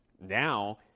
Now